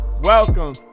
Welcome